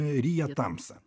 ryja tamsą